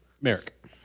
Merrick